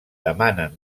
demanen